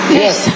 yes